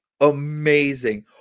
amazing